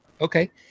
okay